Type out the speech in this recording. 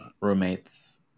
Roommates